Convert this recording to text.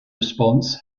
response